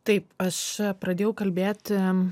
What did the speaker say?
taip aš pradėjau kalbėti